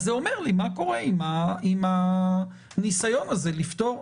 אז זה אומר לי מה קורה עם הניסיון הזה לפתור.